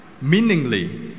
meaningly